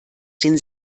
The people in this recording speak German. den